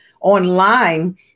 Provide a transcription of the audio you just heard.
online